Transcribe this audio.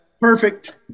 perfect